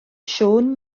siôn